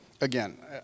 Again